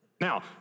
Now